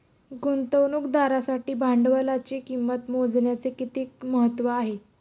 गुंतवणुकदारासाठी भांडवलाची किंमत मोजण्याचे किती महत्त्व आहे?